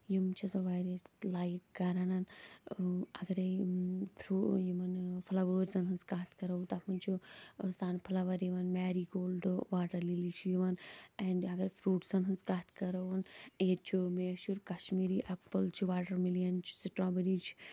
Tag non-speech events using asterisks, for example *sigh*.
یِم چھِ آسان وارایاہ *unintelligible* لایِک کَران اَگرَے فرٛوٗ یِمَن فٕلَوٲرزَن ہٕنٛز کَتھ کَرو تَتھ منٛز چھُ سَن فٕلَوَر یِوان میریٖگولڈٕ واٹَر لِلی چھِ یِوان اینٛڈ اَگر فرٛوٗٹسَن ہٕنٛز کَتھ کَروَن ییٚتہِ چھُ میشوٗر کَشمیٖرۍ اٮ۪پٕل چھُ واٹَر مِلیَن چھُ سٕٹرابٔری چھُ